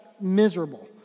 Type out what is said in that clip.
miserable